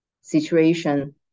situation